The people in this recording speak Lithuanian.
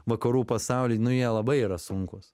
vakarų pasaulį nu jie labai yra sunkūs